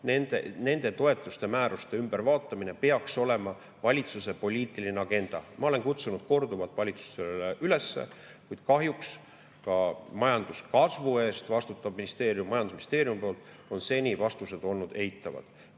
nende toetuste määruste ümbervaatamine peaks olema valitsuse poliitiline agenda. Ma olen kutsunud korduvalt valitsust sellele üles, kuid kahjuks ka majanduskasvu eest vastutava ministeeriumi, majandusministeeriumi vastused on seni olnud eitavad.